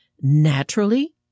naturally